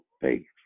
faith